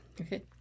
Okay